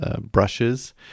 brushes